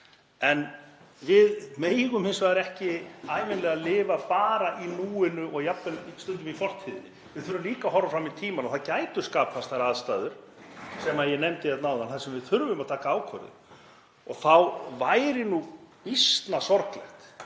en við megum hins vegar ekki ævinlega lifa bara í núinu og jafnvel stundum í fortíðinni. Við þurfum líka að horfa fram í tímann og það gætu skapast þær aðstæður sem ég nefndi áðan þar sem við þurfum að taka ákvörðun. Þá væri nú býsna sorglegt